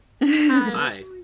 Hi